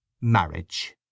Marriage